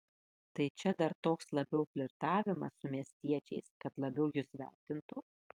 tai čia dar toks labiau flirtavimas su miestiečiais kad labiau jus vertintų